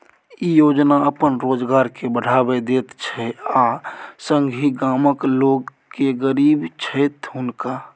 ई योजना अपन रोजगार के बढ़ावा दैत छै आ संगहि गामक लोक जे गरीब छैथ हुनका